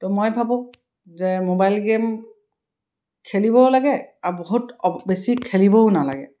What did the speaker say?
তো মই ভাবোঁ যে মোবাইল গেম খেলিবও লাগে আৰু বহুত বেছি খেলিবও নালাগে